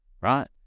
Right